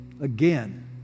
again